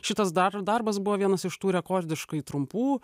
šitas dar darbas buvo vienas iš tų rekordiškai trumpų